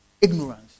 Ignorance